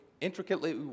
intricately